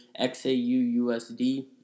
XAUUSD